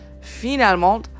Finalement